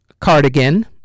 Cardigan